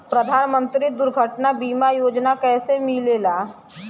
प्रधानमंत्री दुर्घटना बीमा योजना कैसे मिलेला?